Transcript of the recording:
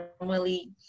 normally